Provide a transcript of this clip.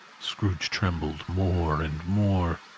scrooge trembled more and more.